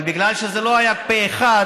אבל בגלל שזה לא היה פה אחד,